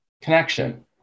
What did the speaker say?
connection